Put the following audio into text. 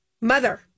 mother